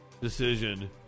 decision